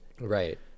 Right